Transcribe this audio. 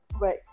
Right